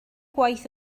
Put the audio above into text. gwaith